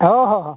ᱦᱮᱸ ᱦᱮᱸ